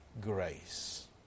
grace